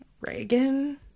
reagan